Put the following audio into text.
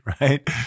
right